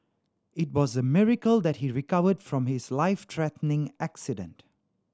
it was a miracle that he recovered from his life threatening accident